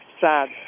sad